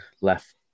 left